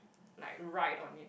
like ride on it